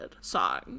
song